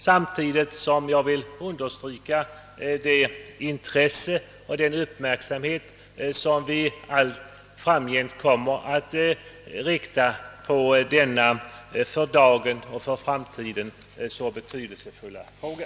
Samtidigt vill jag understryka det intresse och den uppmärksamhet som vi allt framgent kommer att ha på denna för dagen och framtiden så betydelsefulla fråga.